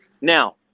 Now